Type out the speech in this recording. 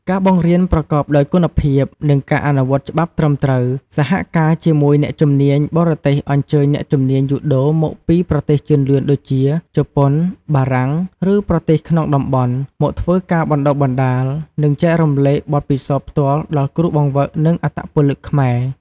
ការបង្រៀនប្រកបដោយគុណភាព និងការអនុវត្តច្បាប់ត្រឹមត្រូវ សហការជាមួយអ្នកជំនាញបរទេសអញ្ជើញអ្នកជំនាញយូដូមកពីប្រទេសជឿនលឿនដូចជា ជប៉ុន បារាំង ឬប្រទេសក្នុងតំបន់ មកធ្វើការបណ្តុះបណ្តាល និងចែករំលែកបទពិសោធន៍ផ្ទាល់ដល់គ្រូបង្វឹក និងអត្តពលិកខ្មែរ ។